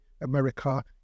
America